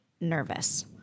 nervous